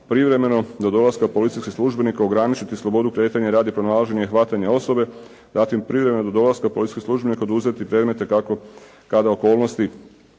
privremeno do dolaska policijskih službenika ograničiti slobodu kretanja radi pronalaženja i hvatanja osobe. Zatim privremeno do dolaska policijskog službenika oduzeti predmete kada okolnosti